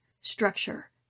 structure